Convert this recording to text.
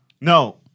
no